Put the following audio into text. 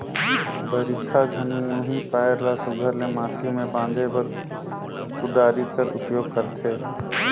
बरिखा घनी मुही पाएर ल सुग्घर ले माटी मे बांधे बर कुदारी कर उपियोग करथे